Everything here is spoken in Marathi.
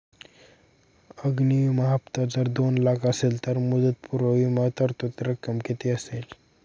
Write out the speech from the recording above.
अग्नि विमा हफ्ता जर दोन लाख असेल तर मुदतपूर्व विमा तरतूद रक्कम किती असेल?